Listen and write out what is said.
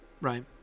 Right